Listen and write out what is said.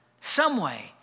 someway